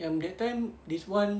yang that time this [one]